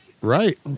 right